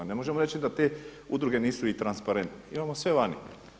Ne možemo reći da te udruge nisu i transparentne, imamo sve vani.